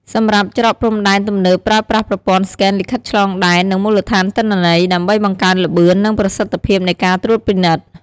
សម្រាប់ច្រកព្រំដែនទំនើបប្រើប្រាស់ប្រព័ន្ធស្កេនលិខិតឆ្លងដែន និងមូលដ្ឋានទិន្នន័យ ដើម្បីបង្កើនល្បឿន និងប្រសិទ្ធភាពនៃការត្រួតពិនិត្យ។